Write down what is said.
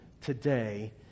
today